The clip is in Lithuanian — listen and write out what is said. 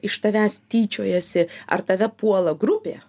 iš tavęs tyčiojasi ar tave puola grupė